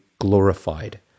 glorified